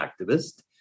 activist